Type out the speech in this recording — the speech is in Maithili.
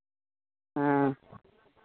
हँ